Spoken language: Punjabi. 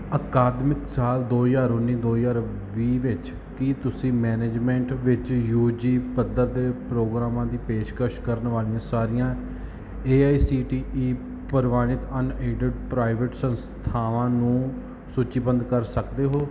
ਅਕਾਦਮਿਕ ਸਾਲ ਦੋ ਹਜ਼ਾਰ ਉੱਨੀ ਦੋ ਹਜ਼ਾਰ ਵੀਹ ਵਿੱਚ ਕੀ ਤੁਸੀਂ ਮੈਨਜਮੈਂਟ ਵਿੱਚ ਯੂ ਜੀ ਪੱਧਰ ਦੇ ਪ੍ਰੋਗਰਾਮਾਂ ਦੀ ਪੇਸ਼ਕਸ਼ ਕਰਨ ਵਾਲੀਆਂ ਸਾਰੀਆਂ A I C T E ਪ੍ਰਵਾਨਿਤ ਅਨਏਡਿਡ ਪ੍ਰਾਈਵੇਟ ਸੰਸਥਾਵਾਂ ਨੂੰ ਸੂਚੀਬੱਧ ਕਰ ਸਕਦੇ ਹੋ